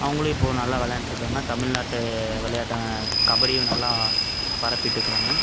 அவங்களும் இப்போ நல்லா விளயாண்ட்டு இருக்குறாங்க தமிழ்நாட்டு விளையாட்டான கபடியும் நல்லா பரப்பிகிட்டு இருக்குறாங்க